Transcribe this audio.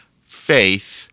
faith